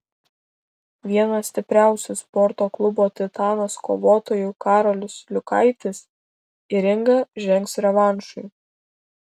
vienas stipriausių sporto klubo titanas kovotojų karolis liukaitis į ringą žengs revanšui